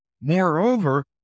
Moreover